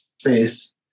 space